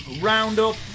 Roundup